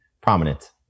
prominent